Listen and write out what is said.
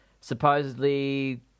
supposedly